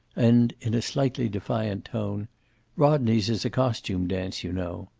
and, in a slightly defiant tone rodney's is a costume dance, you know.